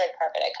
carpet